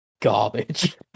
Garbage